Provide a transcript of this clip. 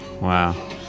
Wow